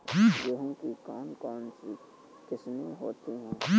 गेहूँ की कौन कौनसी किस्में होती है?